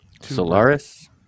Solaris